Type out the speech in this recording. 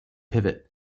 pivot